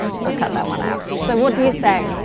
we'll cut that one out. so what do you say?